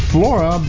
Flora